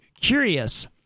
curious